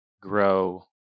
grow